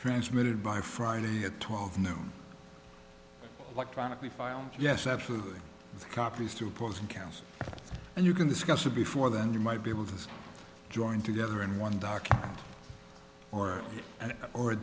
transmitted by friday at twelve noon electronically file yes absolutely copies to opposing counsel and you can discuss it before then you might be able to join together in one document or a